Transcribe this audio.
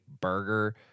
burger